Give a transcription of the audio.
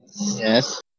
Yes